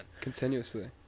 continuously